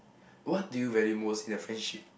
what do you value most in a friendship